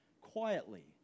quietly